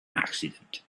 accident